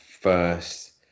first